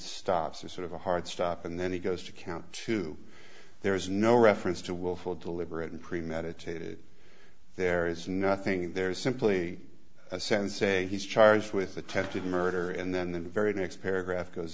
stops or sort of a hard stop and then he goes to count two there is no reference to willful deliberate and premeditated there is nothing there is simply a sense say he's charged with attempted murder and then the very next paragraph goes